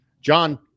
John